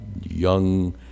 young